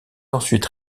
ensuite